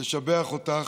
לשבח אותך.